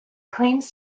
claims